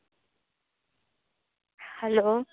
hello